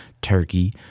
Turkey